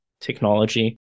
technology